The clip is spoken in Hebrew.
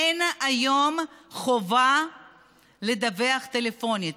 אין היום חובה לדווח טלפונית.